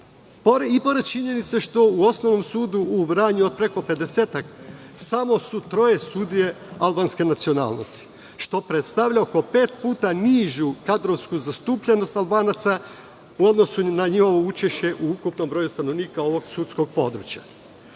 i pored činjenice što u Osnovnom sudu u Vranju od preko pedesetak samo su troje sudija albanske nacionalnosti, što predstavlja oko pet puta nižu kadrovsku zastupljenost Albanaca u odnosu na njihovo učešće u ukupnom broju stanovnika ovog sudskog područja. Šta